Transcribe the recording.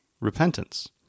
repentance